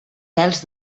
pèls